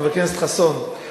חבר הכנסת חסון,